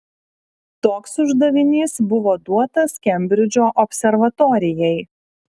toks uždavinys buvo duotas kembridžo observatorijai